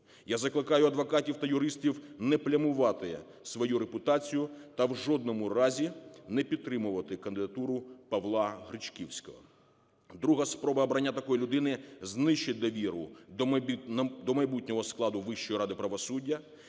Я закликаю адвокатів та юристів не плямувати свою репутацію та в жодному разі не підтримувати кандидатуру Павла Гречківського. Друга спроба обрання такої людини знищить довіру до майбутнього складу Вищої ради правосуддя.